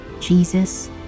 Jesus